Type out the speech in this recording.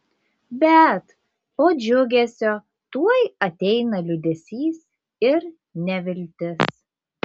bet po džiugesio tuoj ateina liūdesys ir neviltis